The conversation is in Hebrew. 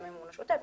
גם המימון השוטף,